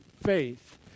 faith